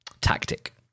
tactic